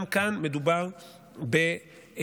גם כאן מדובר בהטבה,